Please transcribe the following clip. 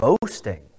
boasting